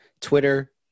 Twitter